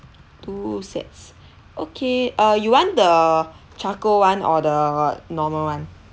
two sets okay uh you want the charcoal [one] or the normal [one]